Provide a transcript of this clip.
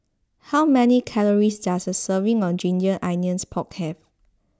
how many calories does a serving of Ginger Onions Pork have